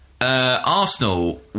Arsenal